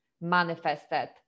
manifested